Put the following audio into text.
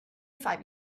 five